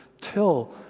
till